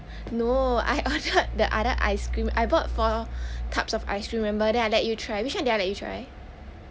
no I ordered the other ice cream I bought four tubs of ice cream remember then I let you try which one did I let you try